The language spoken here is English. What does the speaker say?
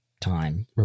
time